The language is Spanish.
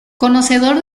conocedor